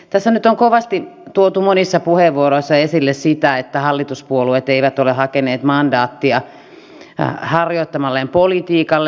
tässä nyt on kovasti tuotu monissa puheenvuoroissa esille sitä että hallituspuolueet eivät ole hakeneet mandaattia harjoittamalleen politiikalle